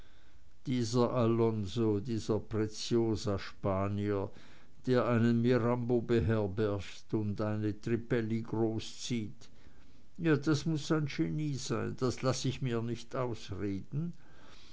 dieser alonzo dieser preciosaspanier der einen mirambo beherbergt und eine trippelli großzieht ja das muß ein genie sein das laß ich mir nicht ausreden